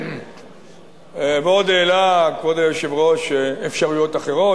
ועוד העלה כבוד היושב-ראש אפשרויות אחרות,